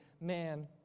man